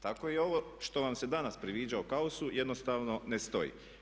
Tako i ovo što vam se danas priviđa o kaosu jednostavno ne stoji.